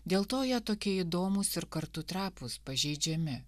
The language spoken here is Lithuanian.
dėl to jie tokie įdomūs ir kartu trapūs pažeidžiami